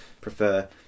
prefer